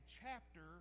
chapter